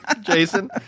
Jason